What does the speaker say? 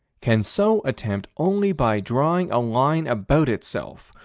can so attempt only by drawing a line about itself,